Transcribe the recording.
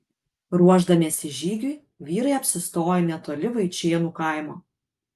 ruošdamiesi žygiui vyrai apsistojo netoli vaičėnų kaimo